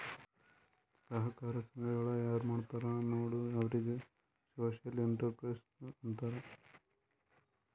ಸಹಕಾರ ಸಂಘಗಳ ಯಾರ್ ಮಾಡ್ತಾರ ನೋಡು ಅವ್ರಿಗೆ ಸೋಶಿಯಲ್ ಇಂಟ್ರಪ್ರಿನರ್ಶಿಪ್ ಅಂತಾರ್